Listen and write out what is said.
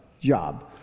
job